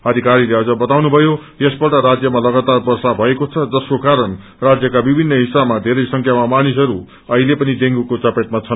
अघिकारीले अझ बताउनु भयो यसपल्ट राज्यमा लागातार वर्षा भएको छ जसको कारण राजयका विगीन्न हिस्सामा धेरै संख्यामा मानिसहरू अहिले पनि ड़ेंगूको चपेटमा छन्